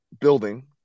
building